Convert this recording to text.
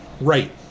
Right